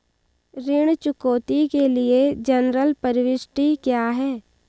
ऋण चुकौती के लिए जनरल प्रविष्टि क्या है?